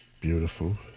beautiful